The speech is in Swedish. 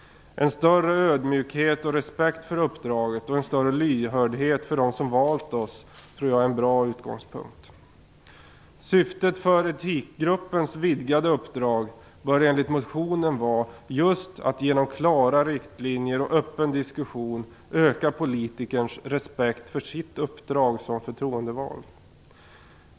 En större ödmjukhet och respekt för uppdraget och en större lyhördhet för dem som har valt oss tror jag är en bra utgångspunkt. Syftet med etikgruppens vidgade uppdrag bör enligt motionen vara att man just genom klara riktlinjer och en öppen diskussion skall öka politikerns respekt för sitt uppdrag som förtroendevald.